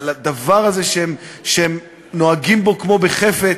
דבר שהם נוהגים בו כמו בחפץ.